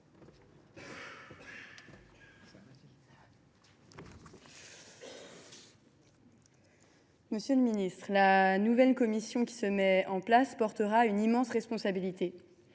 Monsieur le ministre, la nouvelle Commission qui se met en place portera une immense responsabilité